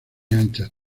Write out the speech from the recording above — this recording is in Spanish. anchas